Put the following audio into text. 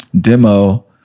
demo